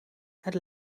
het